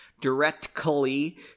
directly